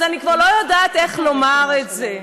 אני כבר לא יודעת איך לומר את זה,